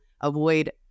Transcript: avoid